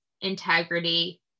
integrity